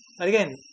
again